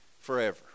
forever